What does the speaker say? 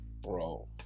Bro